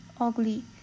ugly